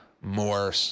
more